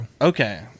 okay